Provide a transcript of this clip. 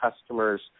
customers